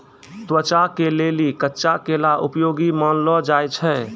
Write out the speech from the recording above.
त्वचा के लेली कच्चा केला उपयोगी मानलो जाय छै